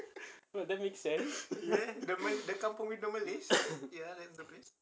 well that makes sense